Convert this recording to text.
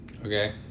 Okay